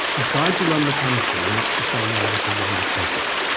he tried to run the country in much the same way that he'd run the treasury.